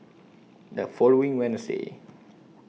The following Wednesday